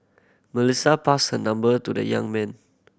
Melissa passed her number to the young man